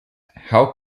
how